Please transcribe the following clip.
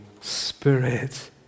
Spirit